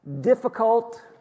difficult